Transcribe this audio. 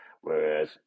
whereas